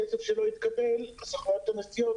כסף שלא התקבל סוכנויות הנסיעות